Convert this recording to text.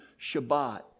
Shabbat